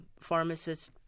pharmacists